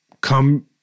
come